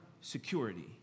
security